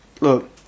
look